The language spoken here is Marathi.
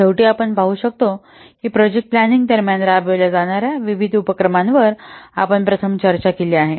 शेवटी आपण पाहु शकतो की प्रोजेक्ट प्लँनिंग दरम्यान राबविल्या जाणार्या विविध उपक्रमांवर आपण प्रथम चर्चा केली आहे